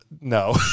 no